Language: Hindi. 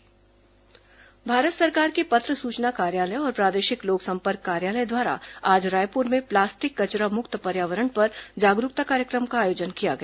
पीआईबी प्लास्टिक भारत सरकार के पत्र सूचना कार्यालय और प्रादेशिक लोक संपर्क कार्यालय द्वारा आज रायपुर में प्लास्टिक कचरा मुक्त पर्यावरण पर जागरूकता कार्यक्रम का आयोजन किया गया